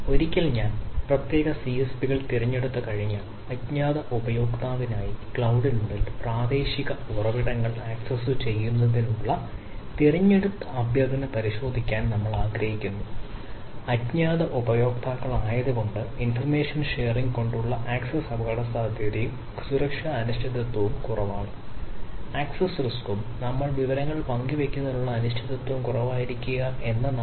ഒരിക്കൽ ഞാൻ പ്രത്യേക സിഎസ്പികൾ അപകടസാധ്യതയും സുരക്ഷാ അനിശ്ചിതത്വവും കുറവാണ്